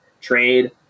trade